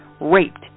raped